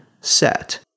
set